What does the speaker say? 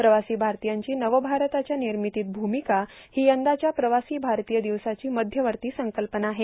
प्रवासी भारतीयांची नवभारताच्या निर्मितीत भूमिका ही यंदाच्या प्रवासी भारतीय दिवसाची मध्यवर्ती संकल्पना आहे